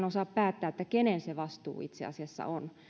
osaa päättää kenen se vastuu itse asiassa on